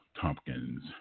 Tompkins